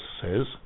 says